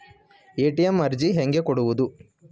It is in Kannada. ಎ.ಟಿ.ಎಂ ಅರ್ಜಿ ಹೆಂಗೆ ಕೊಡುವುದು?